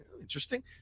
Interesting